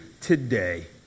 today